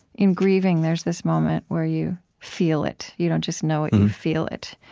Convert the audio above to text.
in grieving, there's this moment where you feel it you don't just know it, you feel it.